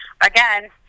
again